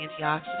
antioxidant